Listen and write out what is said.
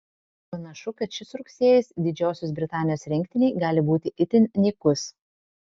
panašu kad šis rugsėjis didžiosios britanijos rinktinei gali būti itin nykus